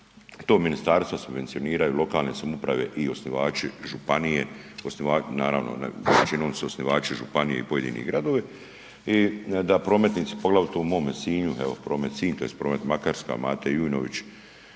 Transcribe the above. to ministarstva subvencioniraju, lokalne samouprave i osnivači županije, naravno većinom su osnivači županije i pojedini gradovi i da prometnici poglavito u mome Sinju, evo Promet Sinj tj. Promet Makarska, Mate Jujnović,